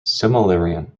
silmarillion